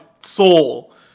soul